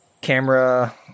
camera